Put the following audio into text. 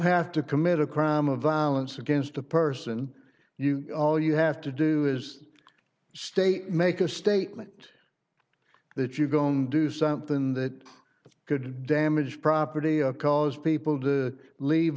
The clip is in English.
have to commit a crime of violence against a person you know you have to do is state make a statement that you don't do something that could damage property or cause people to leave